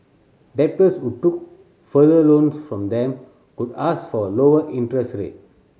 debtors who took further loans from them could ask for a lower interest rate